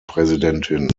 präsidentin